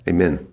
Amen